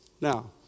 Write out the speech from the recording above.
Now